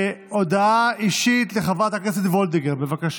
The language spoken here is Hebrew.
הודעה אישית לחבר הכנסת גלעד קריב, בבקשה.